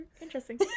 Interesting